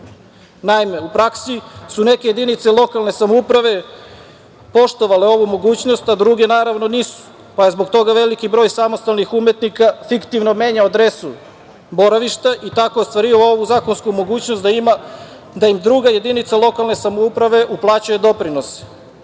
Naime, u praksi su neke jedinice lokalne samouprave poštovale ovu mogućnost, a druge nisu, pa je zbog toga veliki broj samostalnih umetnika fiktivno menjao adresu boravišta i tako ostvario ovu zakonsku mogućnost da im druga jedinica lokalne samouprave uplaćuje doprinose.